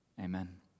amen